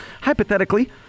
hypothetically